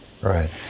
Right